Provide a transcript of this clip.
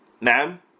ma'am